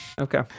Okay